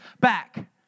back